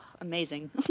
amazing